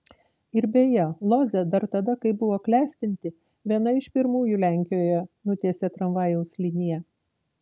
ir beje lodzė dar tada kai buvo klestinti viena iš pirmųjų lenkijoje nutiesė tramvajaus liniją